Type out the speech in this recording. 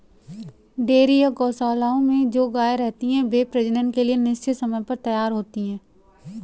dairy या गोशालाओं में जो गायें रहती हैं, वे प्रजनन के लिए निश्चित समय पर तैयार होती हैं